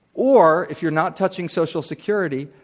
or if you're not touching social security,